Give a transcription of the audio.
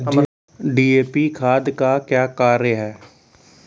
DAP खाद का क्या कार्य हैं?